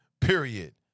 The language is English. period